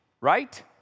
right